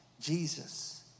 Jesus